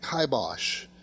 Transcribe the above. kibosh